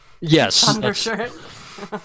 Yes